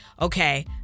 okay